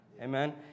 amen